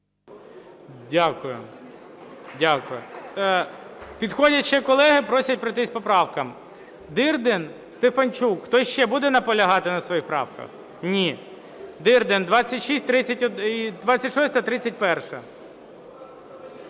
Дякую. Дякую. Підходять ще колеги, просять пройтись по правках. Дирдін, Стефанчук. Хтось ще буде наполягати на своїх правках? Ні. Дирдін, 26-а, 31-а.